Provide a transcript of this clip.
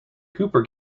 cooper